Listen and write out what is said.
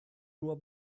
nur